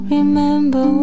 Remember